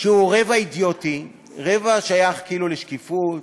שהוא רבע אידיוטי, רבע שייך כאילו לשקיפות,